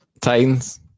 Titans